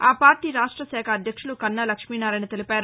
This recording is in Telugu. ఆ పార్టీ రాష్ట్ర శాఖ అధ్యక్షులు కన్నా లక్ష్మీనారాయణ తెలిపారు